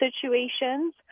situations